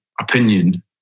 opinion